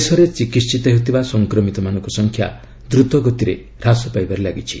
ଦେଶରେ ଚିକିିିିତ ହେଉଥିବା ସଫକ୍ରମିତମାନଙ୍କ ସଂଖ୍ୟା ଦ୍ରୁତଗତିରେ ହ୍ରାସ ପାଇବାରେ ଲାଗିଛି